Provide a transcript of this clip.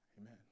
Amen